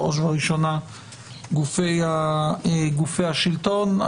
בראש ובראשונה גופי השלטון.